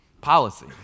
policy